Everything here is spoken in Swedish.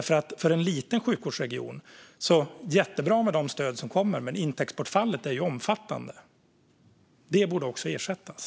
För en liten sjukvårdsregion är det jättebra med de stöd som kommer. Men intäktsbortfallet är omfattande. Det borde också ersättas.